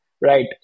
Right